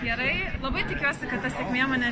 gerai labai tikiuosi kad ta mane